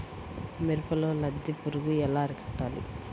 మిరపలో లద్దె పురుగు ఎలా అరికట్టాలి?